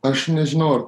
aš nežinau ar